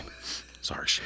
Sorry